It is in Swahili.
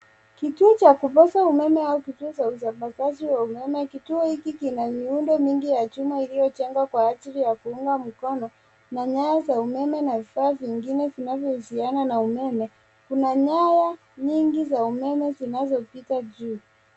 Kituo cha kupoza umeme au kituo usambazaji ya umeme. Kituo hiki kina miundo mingi ya chuma iliojengwa kwa ajili ya kuunga mkono na nyaya za umeme vifaa vinavyouziana na umeme. Kuna nyanya nyingi za umeme zinazopita juu.